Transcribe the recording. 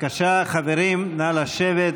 בבקשה, חברים, נא לשבת,